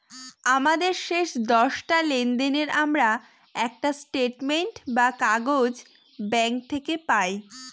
আমাদের শেষ দশটা লেনদেনের আমরা একটা স্টেটমেন্ট বা কাগজ ব্যাঙ্ক থেকে পেতে পাই